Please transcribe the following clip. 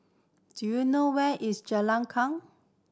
do you know where is Jalan Kuang